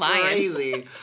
crazy